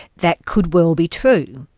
that could well be true,